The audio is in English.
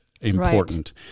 important